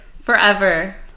Forever